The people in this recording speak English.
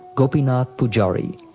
gopinath pujari,